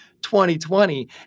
2020